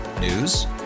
News